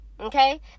okay